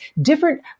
different